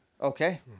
Okay